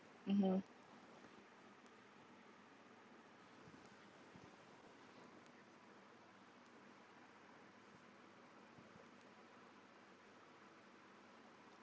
(uh huh)